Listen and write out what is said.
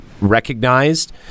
recognized